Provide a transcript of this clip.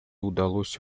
удалось